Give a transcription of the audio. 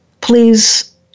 Please